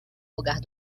lugar